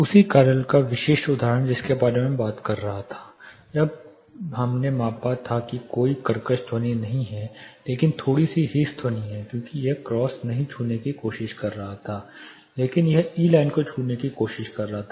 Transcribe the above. उसी कार्यालय का विशिष्ट उदाहरण जिसके बारे में मैं बात कर रहा था जब हमने मापा था कि कोई कर्कश ध्वनि नहीं है लेकिन थोड़ी सी हिस ध्वनि है क्योंकि यह क्रॉस नहीं छूने की कोशिश कर रहा था लेकिन यह ई लाइन को छूने की कोशिश कर रहा था